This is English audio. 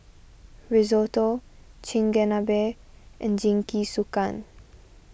Risotto Chigenabe and Jingisukan